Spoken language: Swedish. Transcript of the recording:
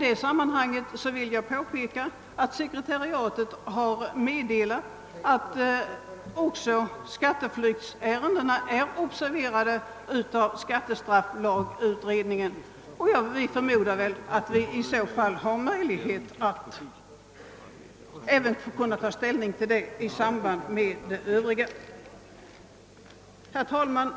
Med anledning därav vill jag påpeka att sekretariatet har meddelat, att också frågan om skatteflykt observeras av skattestrafflagutredningen. Vi förmodar därför att vi får möjlighet att ta ställning till den frågan i samband med det övriga. Herr talman!